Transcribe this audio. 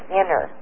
inner